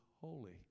holy